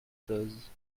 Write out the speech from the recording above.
chose